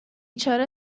چاره